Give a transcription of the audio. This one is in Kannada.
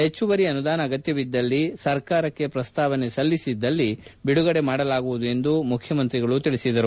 ಹೆಚ್ಚುವರಿ ಅನುದಾನ ಅಗತ್ತವಿದ್ದಲ್ಲಿ ಸರ್ಕಾರಕ್ಕೆ ಪ್ರಸ್ತಾವನೆ ಸಲ್ಲಿಸಿದ್ದಲ್ಲಿ ಬಿಡುಗಡೆ ಮಾಡಲಾಗುವುದು ಎಂದು ಮುಖ್ಯಮಂತ್ರಿ ಬಿಎಸ್ ಯಡಿಯೂರಪ್ಪ ತಿಳಿಸಿದರು